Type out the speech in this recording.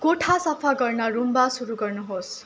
कोठा सफा गर्न रुम्बा सुरु गर्नु होस्